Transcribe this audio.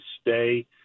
stay